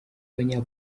banya